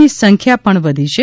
ની સંખ્યા પણ વધી છે